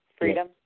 freedom